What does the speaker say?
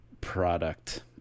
product